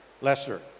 Lester